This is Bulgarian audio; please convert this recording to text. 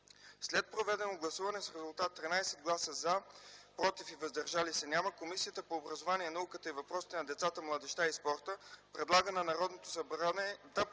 След проведено гласуване с резултат от 13 гласа „за”, без „против” и „въздържали се” Комисията по образованието, науката и въпросите на децата, младежта и спорта предлага на Народното събрание да подкрепи